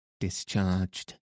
Discharged